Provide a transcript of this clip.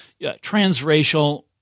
transracial